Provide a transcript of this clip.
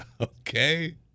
Okay